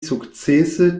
sukcese